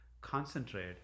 concentrate